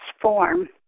form